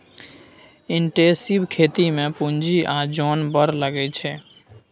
intensive खेती मे पुंजी आ जोन बड़ लगै छै